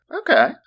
okay